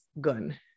gun